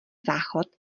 záchod